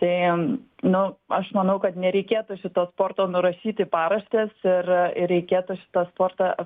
tai nu aš manau kad nereikėtų šito sporto nurašyt į paraštes ir ir reikėtų šitą sportą